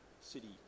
city